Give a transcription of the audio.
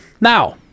Now